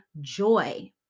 joy